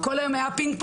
כל היום היה פינג-פונג.